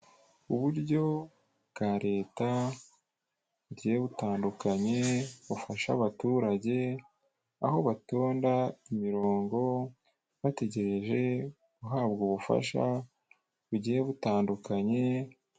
Uburyo bwa Leta bugiye butandukanye bufasha abaturage, aho batonda imirongo bategereje guhabwa ubufasha bugiye butandukanye.